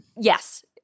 Yes